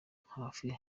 hafi